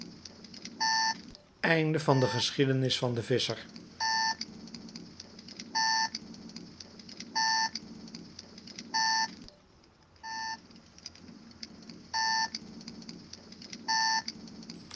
de geschiedenis van den visscher